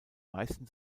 meisten